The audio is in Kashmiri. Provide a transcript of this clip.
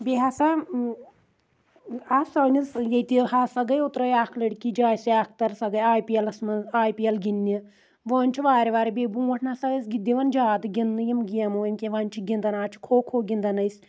بیٚیہِ ہسا آو سٲنِس ییٚتہٕ ہسا گٔے اوترَے اَکھ لٔڑکی جاسیا اختر سۄ گٔے آی پی اؠلَس منٛز آی پی اؠل گِندنہِ وۄنۍ چھُ وارٕ وارٕہ بیٚیہِ برونٹھ نَسا ٲسۍ دِوان زیادٕ گِندنہِ یِم گیمہٕ وۄنی کیٛاہ آز چھُ کھو کھو گِندان ٲسۍ